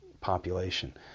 population